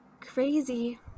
crazy